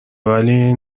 ولی